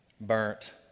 burnt